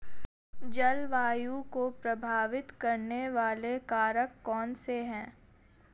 जलवायु को प्रभावित करने वाले कारक कौनसे हैं?